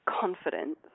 confidence